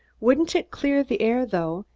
wouldn't it clear the air, though,